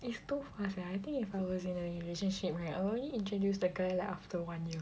is too fast ah I think if I was in a relationship right I will only introduce the guy like after one year